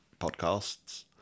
podcasts